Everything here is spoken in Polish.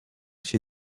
się